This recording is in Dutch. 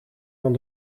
van